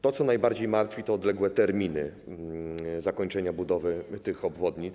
To, co najbardziej martwi, to odległe terminy zakończenia budowy tych obwodnic.